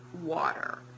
water